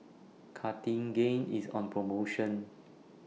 Cartigain IS on promotion